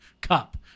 cup